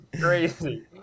crazy